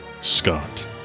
Scott